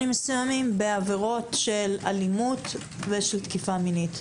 מסוימים בעבירות של אלימות ושל תקיפה מינית.